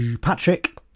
Patrick